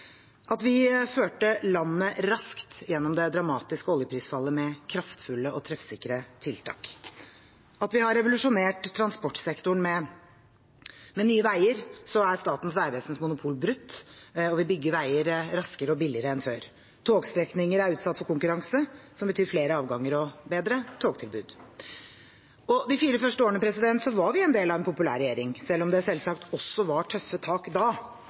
at vi førte landet raskt gjennom det dramatiske oljeprisfallet med kraftfulle og treffsikre tiltak. Vi er stolt av at vi har revolusjonert transportsektoren med Nye Veier, så Statens vegvesens monopol er brutt og vi bygger veier raskere og billigere enn før, og at togstrekninger er utsatt for konkurranse, som betyr flere avganger og bedre togtilbud. De fire første årene var vi en del av en populær regjering, selv om det selvsagt også var tøffe tak da,